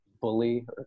Bully